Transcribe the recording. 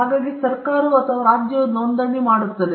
ಹಾಗಾಗಿ ಸರ್ಕಾರವು ಅಥವಾ ರಾಜ್ಯವು ನೋಂದಣಿ ಮಾಡುತ್ತಿದೆ